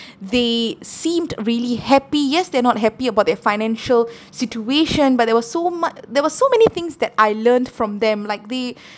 they seemed really happy yes they're not happy about their financial situation but there were so mu~ there were so many things that I learned from them like they